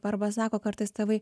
arba sako kartais tėvai